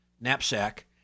knapsack